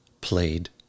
played